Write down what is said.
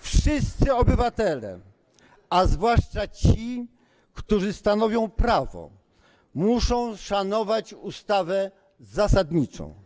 Wszyscy obywatele, a zwłaszcza ci, którzy stanowią prawo, muszą szanować ustawę zasadniczą.